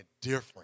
different